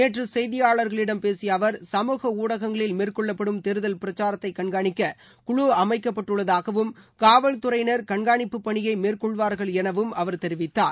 நேற்று செய்தியாளர்களிடம் பேசிய அவர் சமூக ஊடகங்களில் மேற்கொள்ளப்படும் தேர்தல் பிரச்சாரத்தை கண்கானிக்க குழு அமைக்கப்பட்டுள்ளதாகவும் காவல் தறையினர் கண்காணிப்பு பணியை மேற்கொள்வார்கள் எனவும் அவர் தெரிவித்தார்